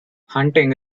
hunting